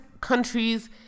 countries